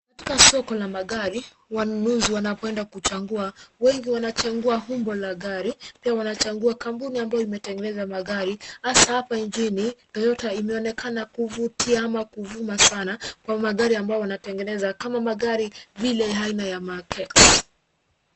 Katika soko la magari, wanunuzi wanapoenda kuchagua, wengi huchagua umbo la gari, pia wanachagua kampuni ambayo imetengeneza magari, hasa hapa nchini Toyota imeonekana kuvutia au kuvuma sana kwa magari ambayo wanatengeneza kama magari vile aina ya Mark X.